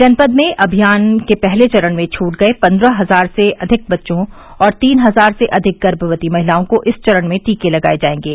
जनपद में अभियान के पहले चरण में छूट गए पंद्रह हजार से अधिक बच्चों और तीन हजार से अधिक गर्भवती महिलाओं को इस चरण में टीके लगाए जाएगे